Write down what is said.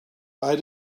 bei